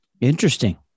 Interesting